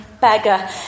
beggar